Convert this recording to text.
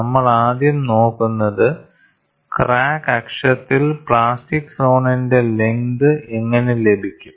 നമ്മൾ ആദ്യം നോക്കുന്നത് ക്രാക്ക് ആക്സിസ്സിൽ പ്ലാസ്റ്റിക് സോണിന്റെ ലെങ്ത് എങ്ങനെ ലഭിക്കും